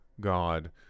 God